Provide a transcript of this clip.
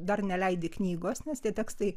dar neleidi knygos nes tie tekstai